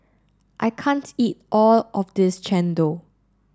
I can't eat all of this Chendol